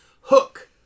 Hook